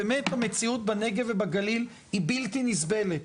באמת המציאות בנגב ובגליל היא בלתי נסבלת.